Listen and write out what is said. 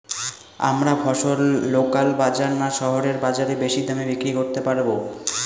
আমরা ফসল লোকাল বাজার না শহরের বাজারে বেশি দামে বিক্রি করতে পারবো?